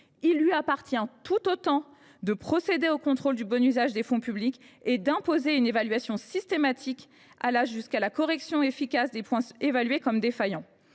il lui appartient tout autant de procéder au contrôle du bon usage des fonds publics et d’imposer une évaluation systématique, allant jusqu’à la correction efficace des points considérés comme défaillants.